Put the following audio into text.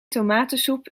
tomatensoep